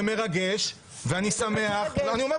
זה מרגש מה שסיפרתם עם ט"ו בשבט, ואני שמח.